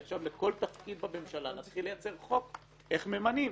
כי עכשיו לכל תפקיד בממשלה נתחיל לייצר חוק איך ממנים.